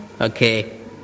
Okay